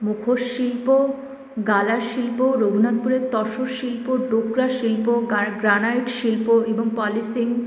মুখোশ শিল্প গালা শিল্প রঘুনাথপুরের তসর শিল্প ডোকরা শিল্প গ্রানাইট শিল্প এবং পলিসিং